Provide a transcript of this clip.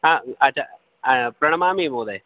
ह अचा प्रणमामि महोदय